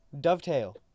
Dovetail